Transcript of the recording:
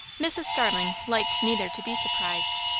mrs. starling liked neither to be surprised,